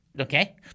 okay